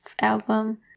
album